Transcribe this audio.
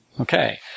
Okay